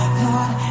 thought